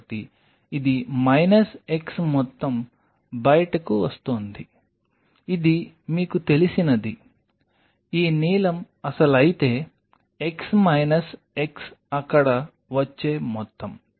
కాబట్టి ఇది minus x మొత్తం బయటకు వస్తోంది ఇది మీకు తెలిసినది ఈ నీలం అసలు అయితే x మైనస్ x అక్కడ వచ్చే మొత్తం